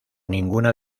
ninguna